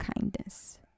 kindness